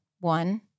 one